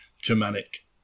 Germanic